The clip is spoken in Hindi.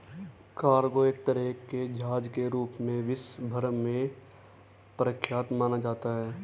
कार्गो एक तरह के जहाज के रूप में विश्व भर में प्रख्यात माना जाता है